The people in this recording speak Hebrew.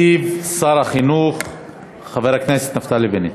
ישיב שר החינוך חבר הכנסת נפתלי בנט.